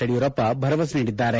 ಯಡಿಯೂರಪ್ಪ ಭರವಸೆ ನೀಡಿದ್ದಾರೆ